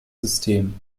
system